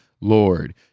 Lord